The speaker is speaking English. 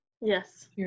Yes